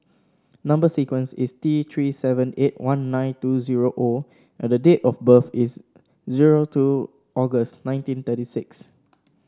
number sequence is T Three seven eight one nine two zero O and the date of birth is zero two August nineteen thirty six